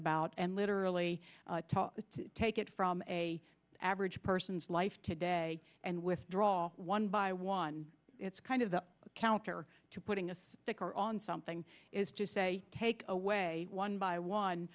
about and literally take it from a average person's life today and withdraw one by one it's kind of the counter to putting us the car on something is just a take away one by one